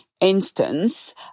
instance